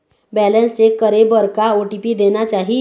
Balance check करे बर का ओ.टी.पी देना चाही?